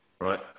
Right